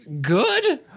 good